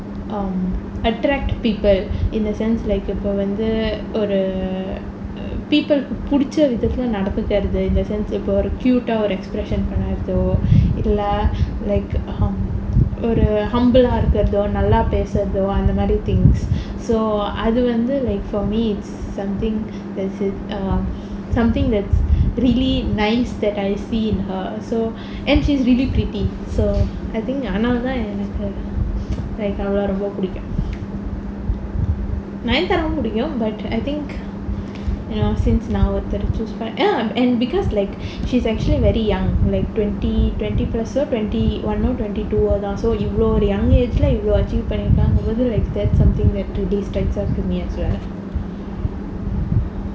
um attract people in a sense like இப்ப வந்து ஒரு:ippa vanthu oru people புடிச்ச விததுல நடந்துக்குறது:pudicha vithathula nadanthukkarathu in the sense of cute ah ஒரு:oru expression பண்ணறதோ இல்ல:pannaratho illa like ஒரு:oru humble ah இருக்கறது நல்லா பேசுறது அந்த மாதிரி:irukrathu nallaa pesurathu antha maathiri things so அது வந்து:athu vanthu like for me is something that's in something that's really nice that I see in her so and she's really pretty so I think ஆனா வந்து எனக்கு:aanaa vanthu enakku like அவள ரொம்ப புடிக்கும்:avala romba pudikkum nayanthara புடிக்கும்:pudikkum but I think you know since நா ஒருத்தர:naa orutthara choose பண்ண~:panna~ ah because like she's actually very young like twenty twenty plus so twenty one or twenty two so இவ்வளோ:ivvalo young age இவ்வளோ:ivvalo achieve பண்ணிருக்காங்க:pannirukkaanga